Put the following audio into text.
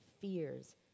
fears